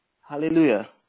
Hallelujah